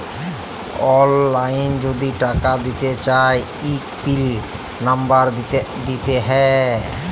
অললাইল যদি টাকা দিতে চায় ইক পিল লম্বর দিতে হ্যয়